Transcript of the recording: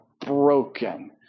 broken